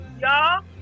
Y'all